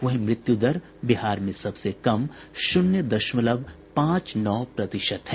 वहीं मृत्यु दर बिहार में सबसे कम शून्य दशमलव पांच नौ प्रतिशत है